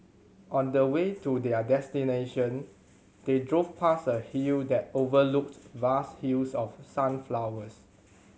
on the way to their destination they drove past a hill that overlooked vast fields of sunflowers